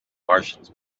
martians